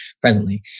presently